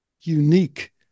unique